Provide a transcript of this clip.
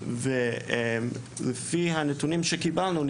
ולפי הנתונים שקיבלנו,